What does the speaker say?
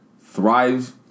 thrive